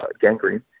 gangrene